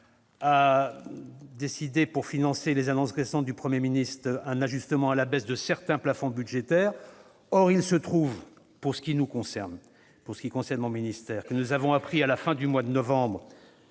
a décidé, pour financer les annonces récentes du Premier ministre, un ajustement à la baisse de certains plafonds budgétaires. Or, pour ce qui concerne mon ministère, nous avons appris à la fin du mois de novembre